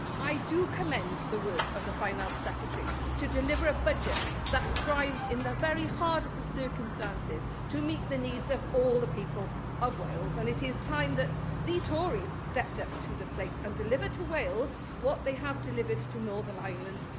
i do commend the work the finance secretary to deliver a budget that strives in the very hardest of circumstances to meet the needs of all the people of wales. and it is time that the tories stepped up to the plate and delivered to wales what they have delivered to northern ireland.